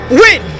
win